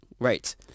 Right